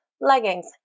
Leggings